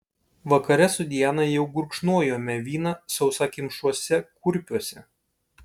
vakare su diana jau gurkšnojome vyną sausakimšuose kurpiuose